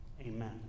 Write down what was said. Amen